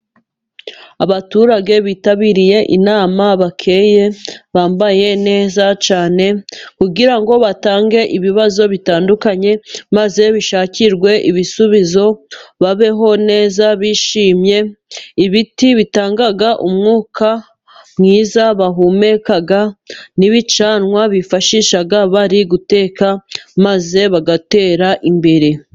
Abaturage bitabiriye inama bakeye, bambaye neza cyane, kugira ngo batange ibibazo bitandukanye, maze bishakirwe ibisubizo, babeho neza bishimye, ibiti bitanga umwuka mwiza bahumeka, n'ibicanwa bifashisha bari guteka, maze bagatera imbere.